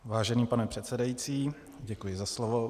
Vážený pane předsedající, děkuji za slovo.